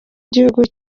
igihugu